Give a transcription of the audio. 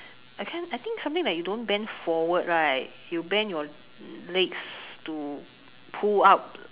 I can't I think something like you don't bend forward right you bend your legs to pull up